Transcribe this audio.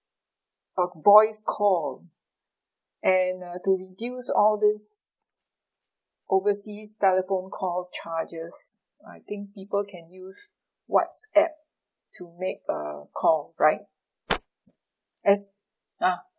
a voice call and uh to reduce all these overseas telephone call charges I think people can use whatsapp to make a call right yes ah